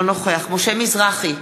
אינו נוכח משה מזרחי,